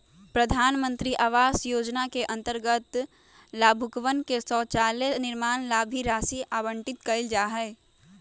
प्रधान मंत्री आवास योजना के अंतर्गत लाभुकवन के शौचालय निर्माण ला भी राशि आवंटित कइल जाहई